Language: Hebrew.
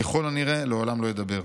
ככל הנראה לעולם לא ידבר'.